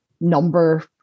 number